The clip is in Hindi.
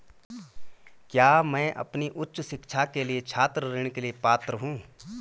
क्या मैं अपनी उच्च शिक्षा के लिए छात्र ऋण के लिए पात्र हूँ?